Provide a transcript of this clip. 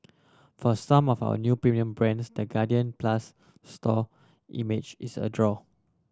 for some of a new premium brands the Guardian Plus store image is a draw